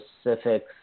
specifics